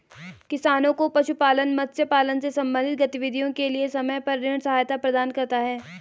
किसानों को पशुपालन, मत्स्य पालन से संबंधित गतिविधियों के लिए समय पर ऋण सहायता प्रदान करता है